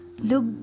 Look